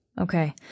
Okay